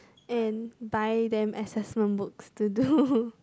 and buy them assessment books to do